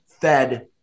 Fed